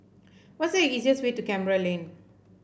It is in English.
what is the easiest way to Canberra Lane